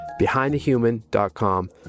BehindTheHuman.com